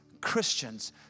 Christians